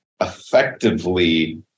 effectively